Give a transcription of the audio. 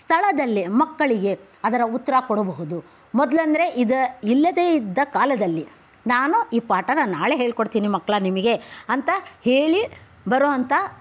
ಸ್ಥಳದಲ್ಲೆ ಮಕ್ಕಳಿಗೆ ಅದರ ಉತ್ತರ ಕೊಡ್ಬಹುದು ಮೊದಲೆಂದ್ರೆ ಇಲ್ಲದೇ ಇದ್ದ ಕಾಲದಲ್ಲಿ ನಾನು ಈ ಪಾಠನ ನಾಳೆ ಹೇಳ್ಕೊಡ್ತೀನಿ ಮಕ್ಕಳಾ ನಿಮಗೆ ಅಂತ ಹೇಳಿ ಬರೋವಂಥ